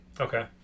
Okay